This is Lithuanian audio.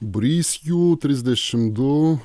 būrys jų trisdešim du